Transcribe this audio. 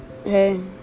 Hey